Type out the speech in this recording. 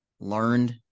learned